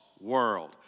world